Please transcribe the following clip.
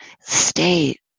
state